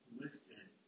listed